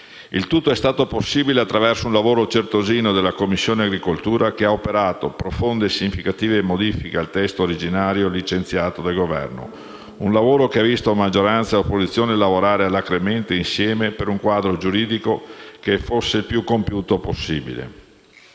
Il tutto è stato possibile attraverso un lavoro certosino della Commissione agricoltura e produzione agroalimentare, che ha operato profonde e significative modifiche al testo originario licenziato dal Governo; un lavoro che ha visto maggioranza e opposizione lavorare alacremente e insieme per un quadro giuridico che fosse il più compiuto possibile.